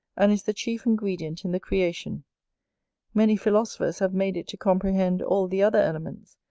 and is the chief ingredient in the creation many philosophers have made it to comprehend all the other elements,